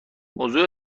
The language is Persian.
موضع